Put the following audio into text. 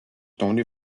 toni